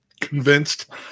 convinced